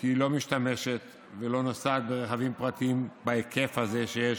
כי היא לא משתמשת ולא נוסעת ברכבים פרטיים בהיקף הזה שיש